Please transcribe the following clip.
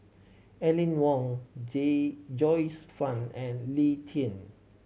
Aline Wong J Joyce Fan and Lee Tjin